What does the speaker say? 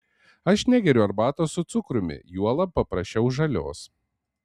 aš negeriu arbatos su cukrumi juolab paprašiau žalios